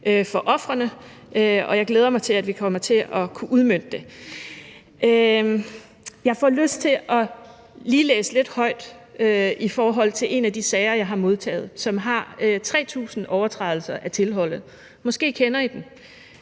for ofrene, og jeg glæder mig til, at vi kommer til at kunne udmønte det. Jeg får lyst til lige at læse lidt højt om en af de sager, jeg har modtaget, hvor der er 3.000 overtrædelser af tilholdet; måske kender I den.